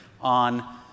on